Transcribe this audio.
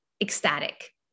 ecstatic